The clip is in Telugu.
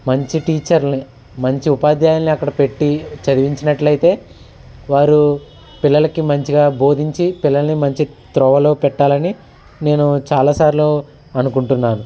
మంచి టీచర్లని మంచి ఉపాధ్యాయులని అక్కడ పెట్టి చదివించినట్లయితే వారు పిల్లలకి మంచిగా బోధించి పిల్లల్ని మంచి త్రోవలో పెట్టాలని నేను చాలాసార్లు అనుకుంటున్నాను